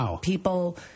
people